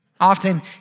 Often